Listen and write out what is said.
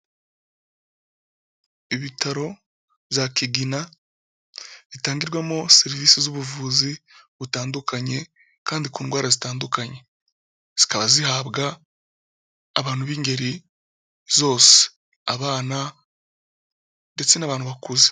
Ibitaro bya Kigina, bitangirwamo serivisi z'ubuvuzi butandukanye, kandi ku ndwara zitandukanye. Zikaba zihabwa abantu b'ingeri zose abana ndetse n'abantu bakuze.